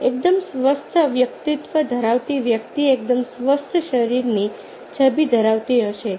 એકદમ સ્વસ્થ વ્યક્તિત્વ ધરાવતી વ્યક્તિ એકદમ સ્વસ્થ શરીરની છબી ધરાવતી હશે